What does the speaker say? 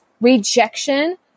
rejection